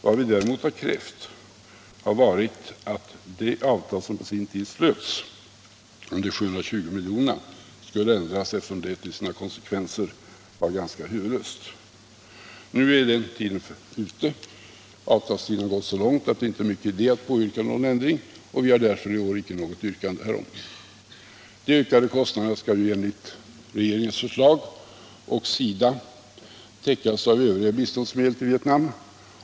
Vad vi däremot har krävt är att det avtal som på sin tid slöts och som gällde de 720 miljonerna skulle ändras, eftersom det till sina konsekvenser var ganska huvudlöst. Nu är tiden ute. Så mycket av avtalstiden har gått att det inte är stor idé att påyrka någon ändring, och därför har vi inte något yrkande i år. Kostnadsökningen skall enligt regeringens förslag och SIDA täckas av övriga biståndsmedel till Vietnam.